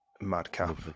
madcap